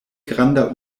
granda